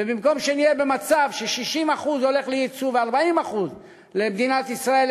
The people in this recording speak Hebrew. ובמקום שנהיה במצב ש-60% הולך ליצוא ו-40% למדינת ישראל,